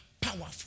powerful